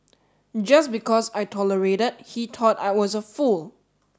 just because I tolerated he thought I was a fool